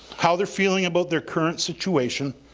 how they're feeling about their current situation,